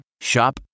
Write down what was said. Shop